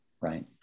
Right